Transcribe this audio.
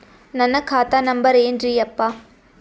ನನ್ನ ಖಾತಾ ನಂಬರ್ ಏನ್ರೀ ಯಪ್ಪಾ?